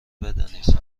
بدانید